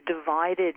divided